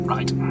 Right